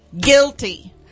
Guilty